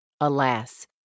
Alas